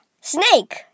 snake